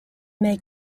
make